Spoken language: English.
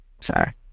Sorry